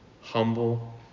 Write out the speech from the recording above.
humble